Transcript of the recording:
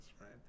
right